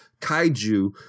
kaiju